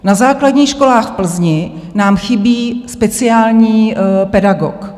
Na základních školách v Plzni nám chybí speciální pedagog.